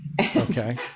okay